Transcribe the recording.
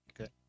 Okay